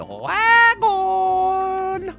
Dragon